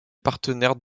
partenaire